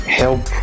help